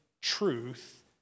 truth